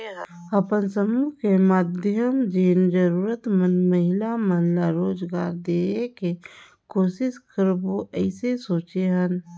अपन समुह के माधियम जेन जरूरतमंद महिला मन ला रोजगार देहे के कोसिस करबो अइसने सोचे हन